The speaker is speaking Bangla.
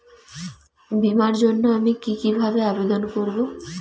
বিমার জন্য আমি কি কিভাবে আবেদন করব?